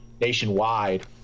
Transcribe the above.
nationwide